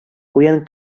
куян